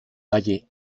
valle